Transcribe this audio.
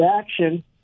action